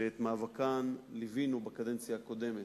שאת מאבקן ליווינו בקדנציה הקודמת,